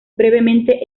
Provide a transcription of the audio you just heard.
brevemente